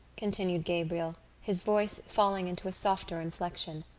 continued gabriel, his voice falling into a softer inflection,